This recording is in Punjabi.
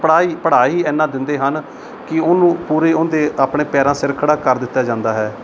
ਪੜ੍ਹਾ ਹੀ ਪੜ੍ਹਾ ਹੀ ਇੰਨਾ ਦਿੰਦੇ ਹਨ ਕਿ ਉਹਨੂੰ ਪੂਰੇ ਉਹਦੇ ਆਪਣੇ ਪੈਰਾਂ ਸਿਰ ਖੜਾ ਕਰ ਦਿੱਤਾ ਜਾਂਦਾ ਹੈ